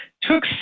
took